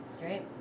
Great